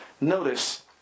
Notice